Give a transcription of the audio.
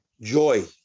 joy